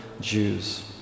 Jews